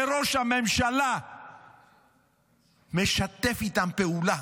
וראש הממשלה משתף איתם פעולה.